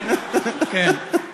כן, כן.